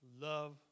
love